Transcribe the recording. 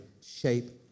shape